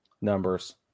numbers